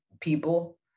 people